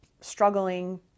struggling